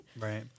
Right